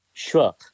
Sure